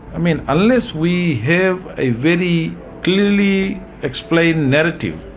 i mean, unless we have a very clearly explained narrative,